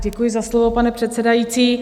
Děkuji za slovo, pane předsedající.